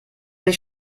sich